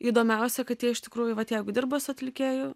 įdomiausia kad jie iš tikrųjų vat jeigu dirba su atlikėju